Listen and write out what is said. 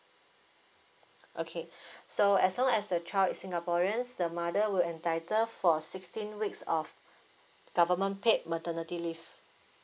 okay so as long as the child is singaporeans the mother would entitle for sixteen weeks of government paid maternity leave